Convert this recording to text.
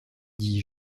dis